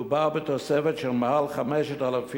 מדובר בתוספת של מעל 5,000